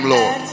Lord